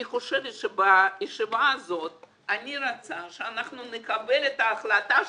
אני חושבת שבישיבה הזאת אני רוצה שאנחנו נקבל את ההחלטה שלשום.